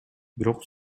бирок